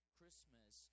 Christmas